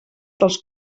dels